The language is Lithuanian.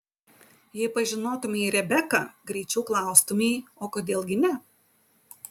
jei pažinotumei rebeką greičiau klaustumei o kodėl gi ne